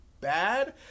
bad